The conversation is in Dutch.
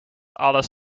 alles